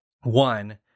One